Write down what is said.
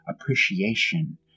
appreciation